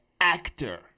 actor